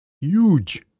huge